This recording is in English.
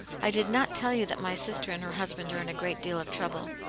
i did not tell you that my sister and her husband are in a great deal of trouble.